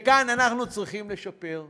וכאן אנחנו צריכים לשפר,